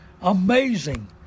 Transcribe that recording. Amazing